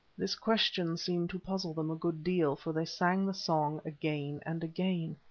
this question seemed to puzzle them a good deal, for they sang the song again and again.